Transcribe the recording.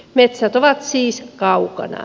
metsät ovat siis kaukana